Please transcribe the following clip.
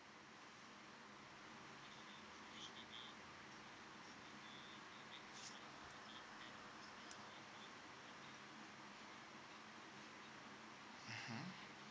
mm